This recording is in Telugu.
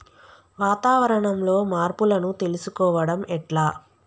వాతావరణంలో మార్పులను తెలుసుకోవడం ఎట్ల?